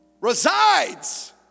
resides